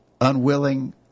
unwilling